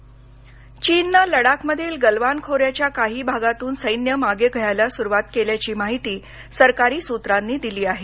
चीन चीननं लडाखमधील गलवान खोऱ्याच्या काही भागातून सैन्य मागं घ्यायला सुरुवात केल्याची माहिती सरकारी सूत्रांनी दिली आहे